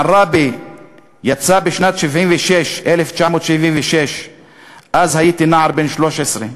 מעראבה יצא בשנת 1976, אז הייתי נער בן 13,